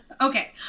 Okay